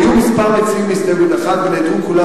היו מספר מציעים להסתייגות אחת ונעדרו כולם,